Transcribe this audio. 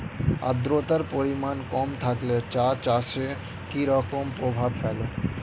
আদ্রতার পরিমাণ কম থাকলে চা চাষে কি রকম প্রভাব ফেলে?